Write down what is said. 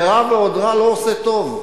רע ועוד רע לא עושה טוב.